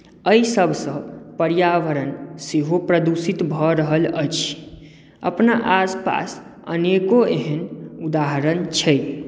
एहि सभसँ पर्यावरण सेहो प्रदूषित भऽ रहल अछि अपना आसपास अनेको एहन उदाहरण छै